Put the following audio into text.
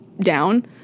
down